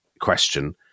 question